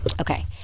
okay